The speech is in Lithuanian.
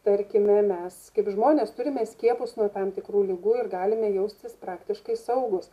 tarkime mes kaip žmonės turime skiepus nuo tam tikrų ligų ir galime jaustis praktiškai saugūs